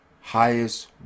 highest